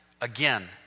again